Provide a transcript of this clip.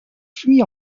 fui